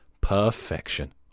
Perfection